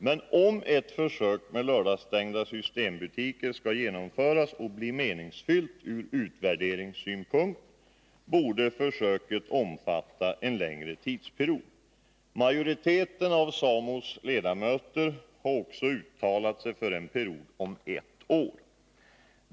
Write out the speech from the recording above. Men om ett försök med lördagsstängda systembutiker skall genomföras och bli meningsfyllt ur utvärderingssynpunkt, borde försöket omfatta en längre tidsperiod. Majoriteten av SAMO:s ledamöter har också uttalat sig för en period om ett år.